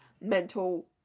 mental